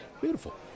Beautiful